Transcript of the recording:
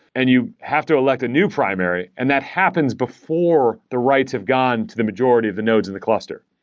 and you have to elect a new primary, and that happens before the rights have gone to the majority of the nodes in the cluster.